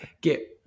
get